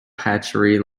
hatchery